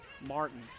Martin